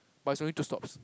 but it's only two stops